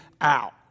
out